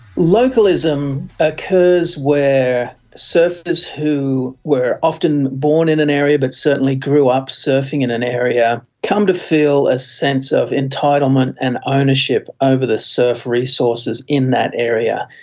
localism occurs where surfers who were often born in an area but certainly grew up surfing in an area come to feel a sense of entitlement and ownership over the surf resources in that area.